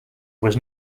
was